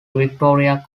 victoria